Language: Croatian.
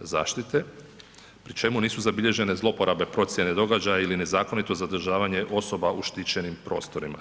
zaštite pri čemu nisu zabilježene zlouporabe procjene događaja ili nezakonito zadržavanje osoba u štićenim prostorima.